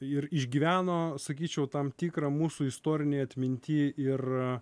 ir išgyveno sakyčiau tam tikrą mūsų istorinėj atminty ir